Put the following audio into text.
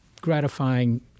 gratifying